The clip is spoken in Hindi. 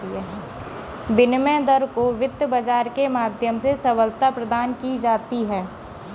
विनिमय दर को वित्त बाजार के माध्यम से सबलता प्रदान की जाती है